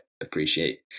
appreciate